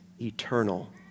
eternal